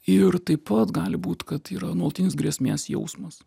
ir taip pat gali būt kad yra nuolatinis grėsmės jausmas